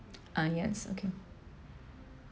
ah yes okay